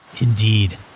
Indeed